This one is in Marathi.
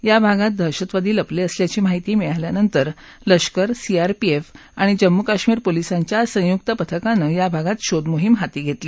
या भागात दहशतवादी लपले असल्याची माहिती मिळाल्यानंतर लष्कर सीआरपीएफ आणि जम्मू कश्मीर पोलिसांच्या संयुक्त पथकानं या भागात शोध मोहीम हाती घेतली